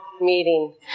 meeting